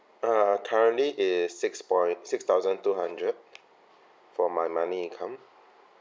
uh currently is six point six thousand two hundred for my money income